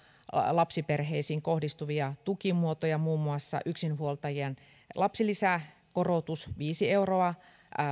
lapsiperheisiin kohdistuvia tukimuotoja on muun muassa yksinhuoltajien lapsilisäkorotus viisi euroa